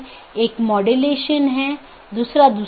इन मार्गों को अन्य AS में BGP साथियों के लिए विज्ञापित किया गया है